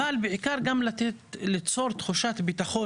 אבל בעיקר גם לתת או ליצור תחושת ביטחון